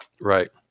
right